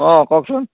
অঁ কওকচোন